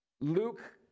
Luke